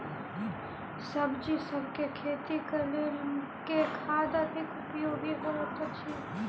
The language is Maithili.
सब्जीसभ केँ खेती केँ लेल केँ खाद अधिक उपयोगी हएत अछि?